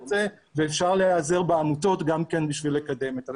--- ואפשר להיעזר בעמותות גם כן בשביל לקדם את זה.